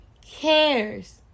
cares